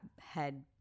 head